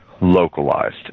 localized